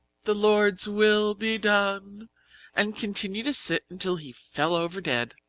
the lord's will be done and continue to sit until he fell over dead.